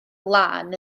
lân